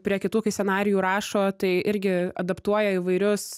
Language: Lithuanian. prie kitų kai scenarijų rašo tai irgi adaptuoja įvairius